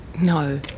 No